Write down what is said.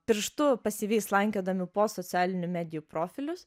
pirštu pasyviai slankiodami po socialinių medijų profilius